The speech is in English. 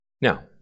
Now